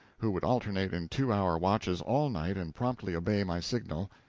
who would alternate in two-hour watches all night and promptly obey my signal,